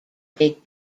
baked